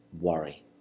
worry